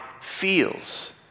feels